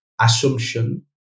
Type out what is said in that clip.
assumption